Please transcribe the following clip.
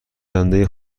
دنده